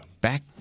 Back